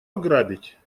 ограбить